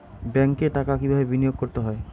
ব্যাংকে টাকা কিভাবে বিনোয়োগ করতে হয়?